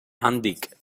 handik